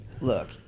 Look